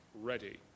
ready